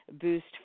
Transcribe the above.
boost